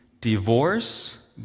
divorce